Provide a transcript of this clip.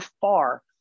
far